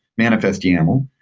manifest yaml.